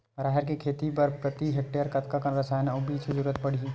राहेर के खेती बर प्रति हेक्टेयर कतका कन रसायन अउ बीज के जरूरत पड़ही?